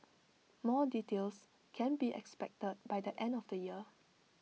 more details can be expected by the end of the year